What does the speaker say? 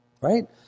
Right